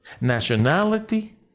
nationality